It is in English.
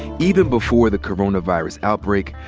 even before the coronavirus outbreak,